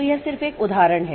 तो यह सिर्फ एक उदाहरण है